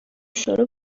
شروع